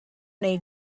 wnei